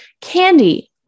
Candy